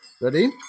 Ready